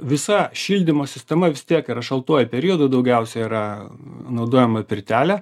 visa šildymo sistema vis tiek yra šaltuoju periodu daugiausia yra naudojama pirtelė